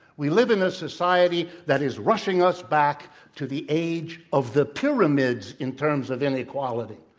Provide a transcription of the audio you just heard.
we live in a society that is rushing us back to the age of the pyramids in terms of inequality.